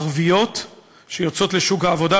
ערביות שיוצאות לשוק העבודה,